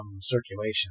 Circulation